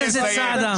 חבר הכנסת סעדה.